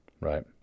right